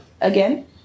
Again